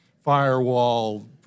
firewall